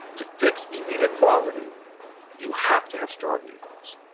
to fix the inequality you have to have strong unions.